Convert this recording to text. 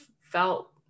felt